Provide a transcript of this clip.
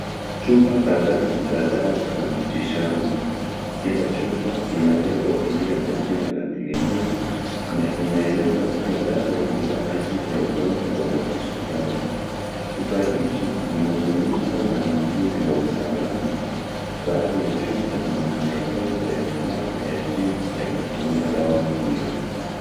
Chupa kadhaa za dawa za miti shamba. Kila chupa ina lebo iliyo na jina la kliniki na inaeleza kuwa dawa ni ajili ya ugonjwa wa kisukari. Chupa hizi zimefunikwa kwa muhuri wa usalama, baadhi ya chupa zina maelezo yaa ziada ya jinsi ya kutumia dawa hio.